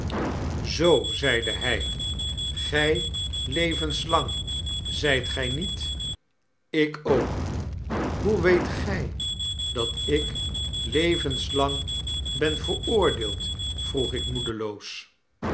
zoo zeide hjj gy levenslang zijtggniet ik ook m hoe weet gg dat ik levenslang ben veroordeeld vroeg ik moedeloos